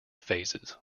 phases